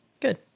Good